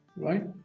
Right